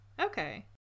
okay